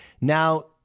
now